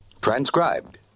Transcribed